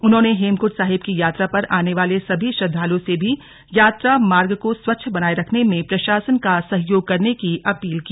उन्होंने हेमकृण्ड साहिब की यात्रा पर आने वाले सभी श्रद्वालुओं से भी यात्रामार्ग को स्वच्छ बनाए रखने में प्रशासन का सहयोग करने की अपील की